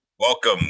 welcome